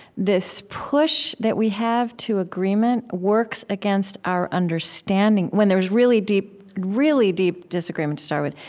this push that we have to agreement works against our understanding when there's really deep, really deep disagreement to start with,